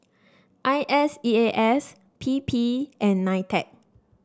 I S E A S P P and Nitec